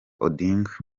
odinga